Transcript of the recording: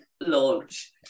launch